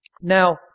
Now